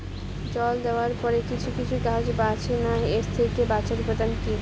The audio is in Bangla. জল দেওয়ার পরে কিছু কিছু গাছ বাড়ছে না এর থেকে বাঁচার উপাদান কী?